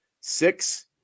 six